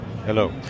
Hello